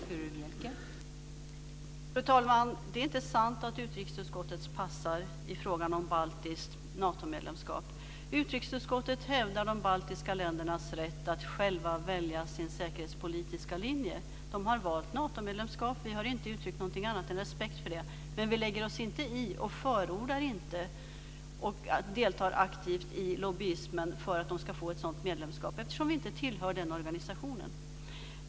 Fru talman! Det är inte sant att utrikesutskottet passar i frågan om baltiskt Natomedlemskap. Utrikesutskottet hävdar de baltiska ländernas rätt att själva välja sin säkerhetspolitiska linje. De har valt Natomedlemskap. Vi har inte uttryckt någonting annat än respekt för det. Men vi lägger oss inte i, förordar inte och deltar inte aktivt lobbyismen för att de ska få ett sådant medlemskap, eftersom vi inte tillhör den organisationen.